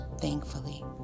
Thankfully